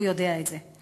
הוא יודע את זה.